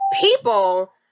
people